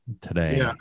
today